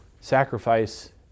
sacrifice